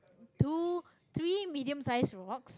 two three medium-sized rocks